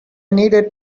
needed